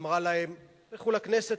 ואמרה להם: לכו לכנסת,